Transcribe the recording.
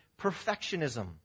perfectionism